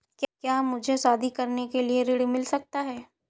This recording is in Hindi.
क्या मुझे शादी करने के लिए ऋण मिल सकता है?